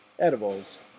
Edibles